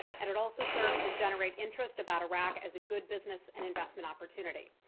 and it also serves to generate interest about iraq as a good business and investment opportunity.